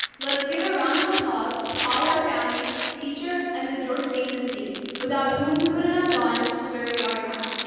let's give a round of applause to all our families teachers and the george mason team without whom we wouldn't have gotten to where we are now